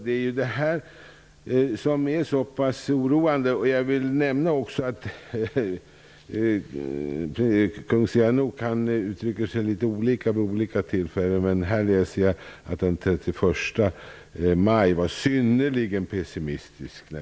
Det är det här som är så oroande. Kung Sihanouk uttrycker sig olika vid olika tillfällen, men jag vill nämna att han den 31 maj sade att han var synnerligen pessimistisk.